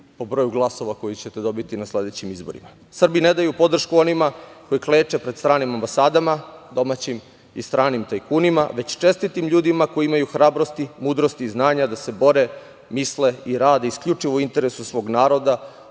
po broju glasova koje ćete dobiti na sledećim izborima. Srbi ne daju podršku onima koji kleče pred stranim ambasadama, domaćim i stranim tajkunima, već čestitim ljudima koji imaju hrabrosti, mudrosti i znanja da se bore, misle i rade isključio u interesu svog naroda,